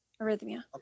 arrhythmia